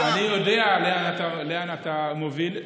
אני יודע לאן אתה מוביל,